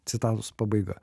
citatos pabaiga